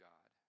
God